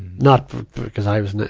not because i was.